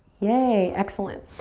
yay! excellent.